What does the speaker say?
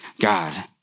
God